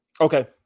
Okay